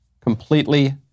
Completely